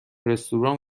رستوران